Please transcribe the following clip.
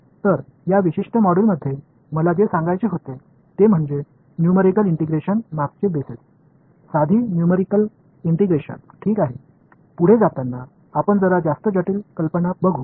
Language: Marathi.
तर या विशिष्ट मॉड्यूलमध्ये मला जे सांगायचे होते ते म्हणजे न्यूमेरिकल इंटिग्रेशन मागचे बेसिस साधी न्यूमेरिकल इंटिग्रेशन ठीक आहे पुढे जाताना आपण जरा जास्त जटिल कल्पना बघू